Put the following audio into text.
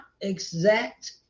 exact